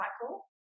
cycle